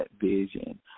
vision